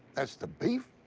that's the beef?